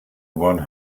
one